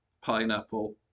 pineapple